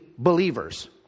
Believers